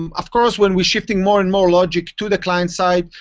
um of course, when we're shifted more and more logic to the client side,